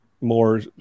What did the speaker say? more